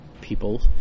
people